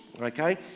okay